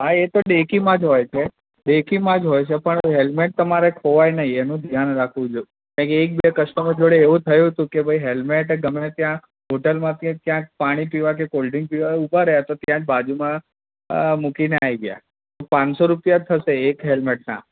હા એ તો ડેકી માં જ હોય છે ડેકીમાં જ હોય છે પણ હેલમેટ તમારે ખોવાય નહીં એનું ધ્યાન રાખવું જ કેમ કે એક બે કસ્ટમર જોડે એવું થયું હતું કે ભાઈ હેલમેટ ગમે ત્યાં હોટલમાં કે ક્યાંક પાણી પીવા કે કોલ્ડ્રીંક્સ પીવા ઊભા રહ્યા ત્યાં જ બાજુમાં મૂકીને આવી ગયા પાંચસો રૂપિયા થશે એક હેલમેટના